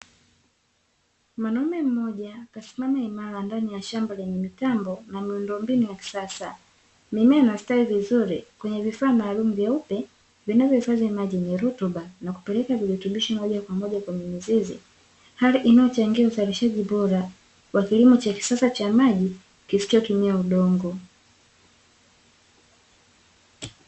Mwanaume mmoja, kasimama imara ndani ya shamba lenye mitambo na miundo mbinu ya kisasa. Mimea inastawi vizuri kwenye vifaa maalumu vyeupe, vinavyohifadhi maji yenye rotuba na kupeleka virutubishi moja kwa moja kwenye mizizi, hali inayochangia uzalishaji bora wa kilimo cha kisasa cha maji kisichotumia udongo.